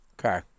Okay